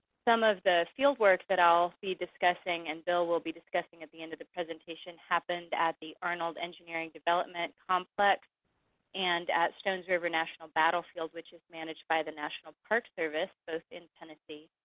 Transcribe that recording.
some of the fieldwork that i'll be discussing, and bill will be discussing at the end of the presentation happened at the arnold engineering development complex and at stones river national battlefield, which is managed by the national park service, both in tennessee,